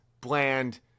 bland